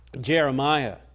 Jeremiah